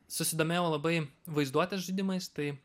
susidomėjau labai vaizduotės žaidimais tai